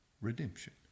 redemption